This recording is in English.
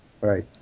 right